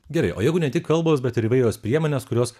gerai o jeigu ne tik kalbos bet ir įvairios priemonės kurios